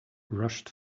rushed